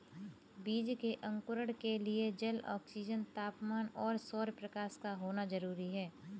बीज के अंकुरण के लिए जल, ऑक्सीजन, तापमान और सौरप्रकाश का होना जरूरी है